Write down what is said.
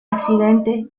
accidente